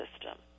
system